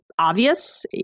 obvious